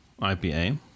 IPA